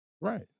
Right